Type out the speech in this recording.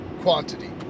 quantity